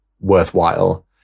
worthwhile